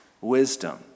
wisdom